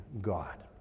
God